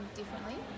differently